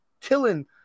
killing